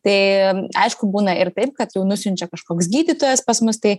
tai aišku būna ir taip kad jau nusiunčia kažkoks gydytojas pas mus tai